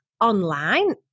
online